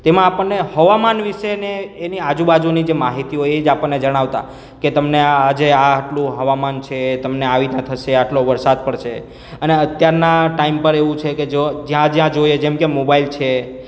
તેમાં આપણને હવામાન વિશે અને એની આજુબાજુની જે માહિતી હોય એ જ આપણને જણાવતા કે તમને આ આજે આટલું હવામાન છે તમને આવી રીતના થશે આટલો વરસાદ પડશે અને અત્યારના ટાઈમ પર એવું છે કે જો જ્યાં જ્યાં જોઈએ જેમ કે મોબાઈલ છે